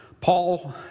Paul